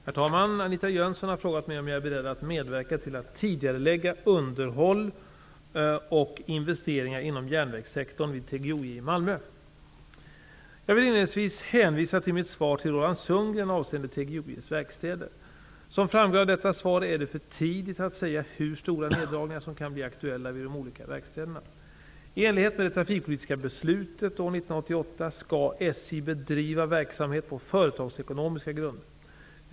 Herr talman! Anita Jönsson har frågat mig om jag är beredd att medverka till att tidigarelägga underhåll och investeringar inom järnvägssektorn vid TGOJ i Malmö. Jag vill inledningsvis hänvisa till mitt svar till Som framgår av detta svar är det för tidigt att säga hur stora neddragningar som kan bli aktuella vid de olika verkstäderna. skall SJ bedriva verksamhet på företagsekonomiska grunder.